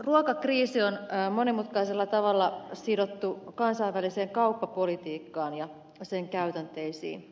ruokakriisi on monimutkaisella tavalla sidottu kansainväliseen kauppapolitiikkaan ja sen käytänteisiin